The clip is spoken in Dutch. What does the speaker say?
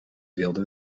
wilde